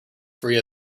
free